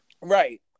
Right